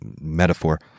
metaphor